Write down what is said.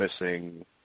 missing